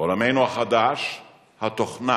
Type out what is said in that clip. בעולמנו החדש התוכנה